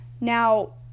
now